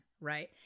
right